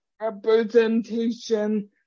representation